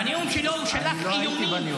בנאום שלו הוא שלח איומים.